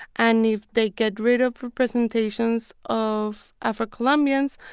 and if they get rid of representations of afro-colombians,